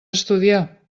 estudiar